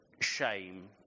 shame